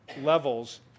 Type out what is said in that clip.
levels